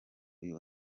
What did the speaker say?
uyu